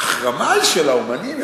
ההחרמה היא של האמנים?